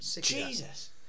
Jesus